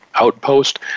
outpost